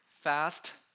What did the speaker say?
fast